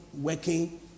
working